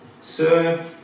Sir